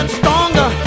stronger